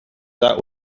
that